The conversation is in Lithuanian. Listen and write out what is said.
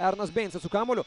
eronas beincas su kamuoliu